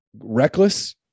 reckless